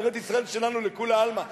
ארץ-ישראל שלנו לכולי עלמא.